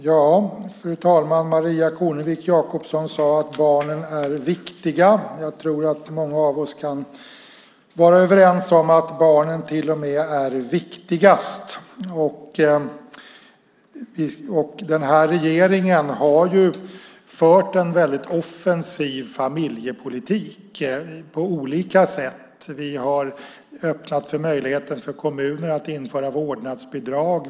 Fru talman! Maria Kornevik Jakobsson sade att barnen är viktiga. Jag tror att många av oss kan vara överens om att barnen till och med är viktigast. Regeringen har fört en väldigt offensiv familjepolitik på olika sätt. Vi har öppnat för möjligheten att för kommuner att införa vårdnadsbidrag.